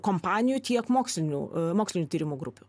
kompanijų tiek mokslinių mokslinių tyrimų grupių